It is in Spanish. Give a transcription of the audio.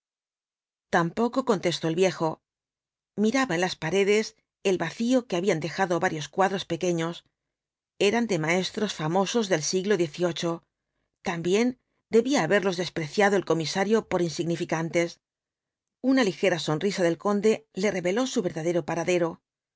tampoco contestó el viejo miraba en las paredes el vacío que habían dejado varios cuadros pequeños eran de maestros famosos del siglo xviii también debía haberlos despreciado el comisario por insignificantes una ligera sonrisa del conde le reveló su verdadero paradero